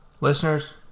Listeners